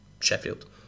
Sheffield